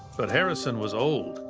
but harrison was old.